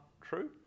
true